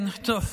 כן, טוב.